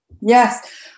Yes